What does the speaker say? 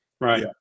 Right